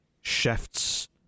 shifts